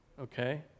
okay